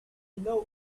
know